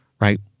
right